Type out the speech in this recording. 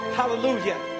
Hallelujah